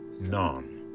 none